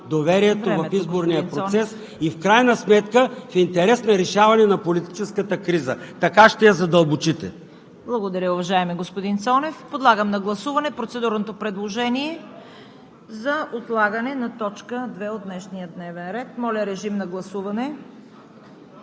доверието в изборния процес и в крайна сметка в интерес на решаване на политическата криза – така ще я задълбочите!